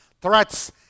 threats